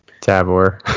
Tabor